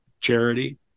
charity